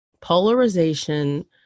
polarization